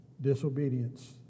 disobedience